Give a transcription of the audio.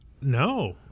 No